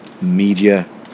media